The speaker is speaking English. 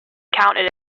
counted